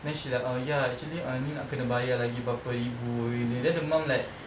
then she like err ya actually ni nak kena bayar lagi berapa ribu gini then the mum like